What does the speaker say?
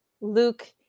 Luke